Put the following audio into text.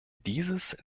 dieses